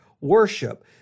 worship